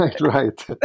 right